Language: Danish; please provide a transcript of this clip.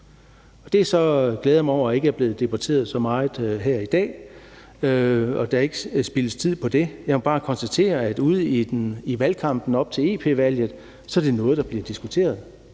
jeg glæder mig over, at det ikke er blevet debatteret så meget her i dag og der ikke spildes tid på det. Jeg må bare konstatere, at ude i valgkampen op til EP-valget er det noget, der bliver diskuteret.